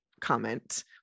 comment